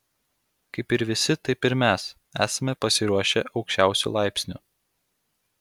kaip ir visi taip ir mes esame pasiruošę aukščiausiu laipsniu